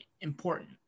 important